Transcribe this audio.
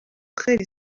خیلی